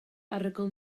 arogl